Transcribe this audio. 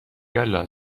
یالا